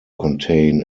contain